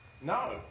no